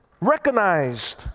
recognized